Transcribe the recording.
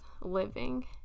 living